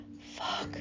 Fuck